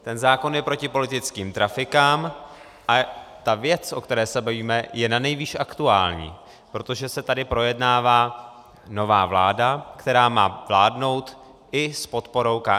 Ten zákon je proti politickým trafikám a ta věc, o které se bavíme, je nanejvýš aktuální, protože se tady projednává nová vláda, která má vládnout i s podporou KSČM.